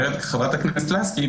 אומרת חברת הכנסת לסקי,